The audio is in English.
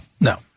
No